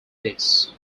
this